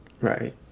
Right